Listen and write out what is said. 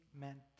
meant